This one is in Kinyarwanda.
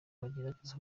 bagerageza